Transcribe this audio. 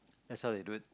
that's how they do it